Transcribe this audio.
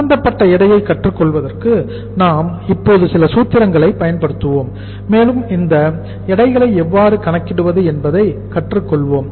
சம்பந்தப்பட்ட எடையை கற்றுக் கொள்வதற்கு நாம் இப்போது சில சூத்திரங்களை பயன்படுத்துவோம் மேலும் இந்த எடைகளை எவ்வாறு கணக்கிடுவது என்பதை கற்றுக் கொள்வோம்